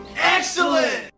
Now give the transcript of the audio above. Excellent